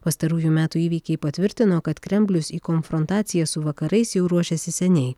pastarųjų metų įvykiai patvirtino kad kremlius į konfrontaciją su vakarais jau ruošėsi seniai